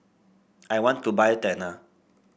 I want to buy Tena